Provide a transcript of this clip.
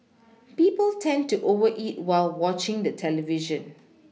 people tend to over eat while watching the television